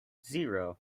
zero